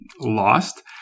lost